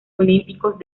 olímpicos